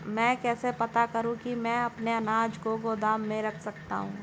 मैं कैसे पता करूँ कि मैं अपने अनाज को गोदाम में रख सकता हूँ?